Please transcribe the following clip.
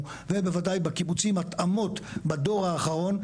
ובוודאי בקיבוצים התאמות בדור האחרון,